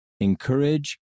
encourage